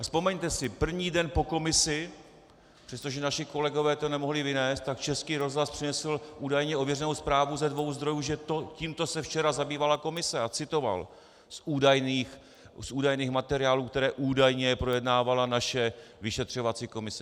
Vzpomeňte si, první den po komisi, přestože naši kolegové to nemohli vynést, tak Český rozhlas přinesl údajně ověřenou zprávu ze dvou zdrojů, že tímto se včera zabývala komise, a citoval z údajných materiálů, které údajně projednávala naše vyšetřovací komise.